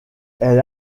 elle